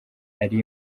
ari